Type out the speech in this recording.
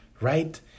right